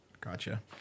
Gotcha